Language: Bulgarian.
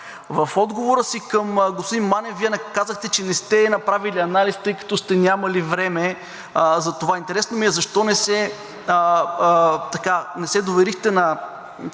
В отговора си към господин Манев Вие не казахте, че не сте направили анализ, тъй като сте нямали време за това. Интересно ми е защо не се доверихте на